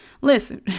listen